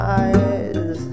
eyes